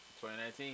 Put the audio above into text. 2019